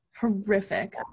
Horrific